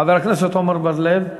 חבר הכנסת עמר בר-לב,